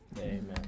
Amen